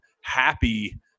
happy